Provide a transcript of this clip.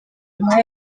nyuma